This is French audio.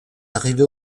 arrivées